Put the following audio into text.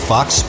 Fox